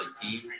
team